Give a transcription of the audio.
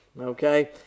okay